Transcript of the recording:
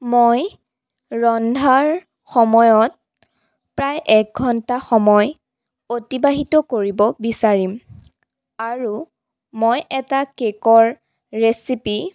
মই ৰন্ধাৰ সময়ত প্ৰায় একঘণ্টা সময় অতিবাহিত কৰিব বিচাৰিম আৰু মই এটা কেকৰ ৰেচিপি